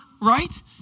right